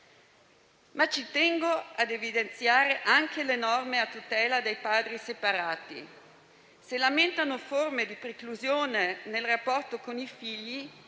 Tengo ad evidenziare anche le norme a tutela dei padri separati: se lamentano forme di preclusione nel rapporto con i figli,